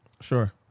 Sure